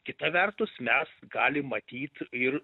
kita vertus mes galim matyt ir